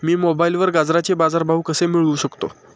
मी मोबाईलवर गाजराचे बाजार भाव कसे मिळवू शकतो?